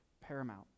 paramount